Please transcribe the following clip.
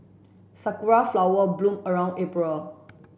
Sakura flower bloom around April